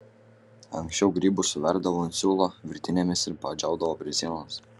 anksčiau grybus suverdavo ant siūlo virtinėmis ir padžiaudavo prie sienos